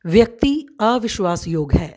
ਵਿਅਕਤੀ ਅਵਿਸ਼ਵਾਸ਼ਯੋਗ ਹੈ